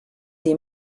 die